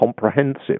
comprehensive